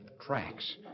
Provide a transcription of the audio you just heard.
Tracks